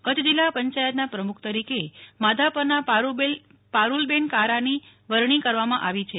કચ્છ જિલ્લા પંચાયતના પ્રમુખ તરીકે માધાપરના પારુલબેન કારાની વરણી કરવામાં આવી છે